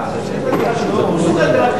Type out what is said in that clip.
הוא משכיר את הדירה שלו, והוא שוכר דירה בחיפה.